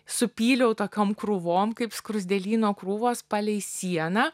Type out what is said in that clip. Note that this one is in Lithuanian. supyliau tokiom krūvom kaip skruzdėlyno krūvos palei sieną